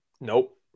Nope